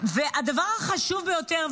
והדבר החשוב ביותר,